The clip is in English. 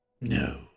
No